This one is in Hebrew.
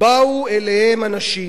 באו אליהם אנשים